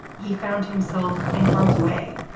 he found himself in harm's way,